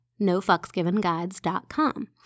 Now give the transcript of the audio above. nofucksgivenguides.com